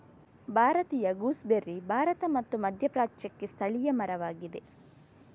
ಭಾರತೀಯ ಗೂಸ್ಬೆರ್ರಿ ಭಾರತ ಮತ್ತು ಮಧ್ಯಪ್ರಾಚ್ಯಕ್ಕೆ ಸ್ಥಳೀಯ ಮರವಾಗಿದೆ